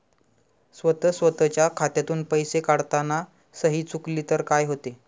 स्वतः स्वतःच्या खात्यातून पैसे काढताना सही चुकली तर काय होते?